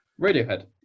Radiohead